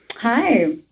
Hi